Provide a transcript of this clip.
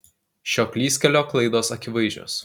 šio klystkelio klaidos akivaizdžios